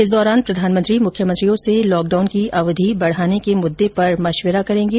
इस दौरान प्रधानमंत्री मुख्यमंत्रियों से लॉकडाउन की अवधि बढाने के मुददे पर मेशविरा करेंगे